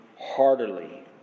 heartily